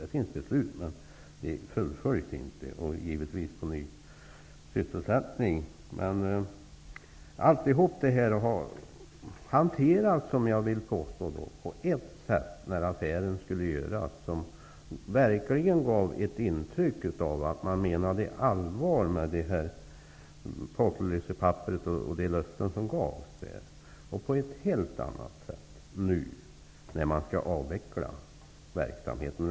Det finns beslut, men de fullföljs inte. Det gäller givetvis också ny sysselsättning. Jag vill påstå att alltihop har hanterats på ett annat sätt när affären skulle göras upp. Det gavs då intryck av att man menade allvar med policydokumentet och de löften som gavs där. Det hanteras på ett helt annat sätt nu, när man skall avveckla verksamheten.